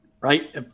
right